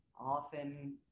often